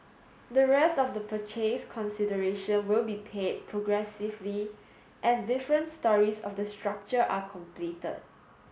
the rest of the purchase consideration will be paid progressively as different storeys of the structure are completed